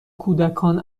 کودکان